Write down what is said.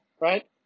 right